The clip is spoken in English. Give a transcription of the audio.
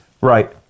Right